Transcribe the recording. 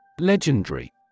Legendary